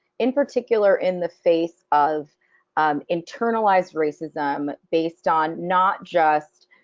in particular in the face of internalized racism based on not just